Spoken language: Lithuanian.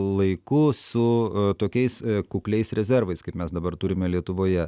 laiku su tokiais kukliais rezervais kaip mes dabar turime lietuvoje